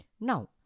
now